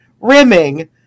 rimming